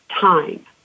time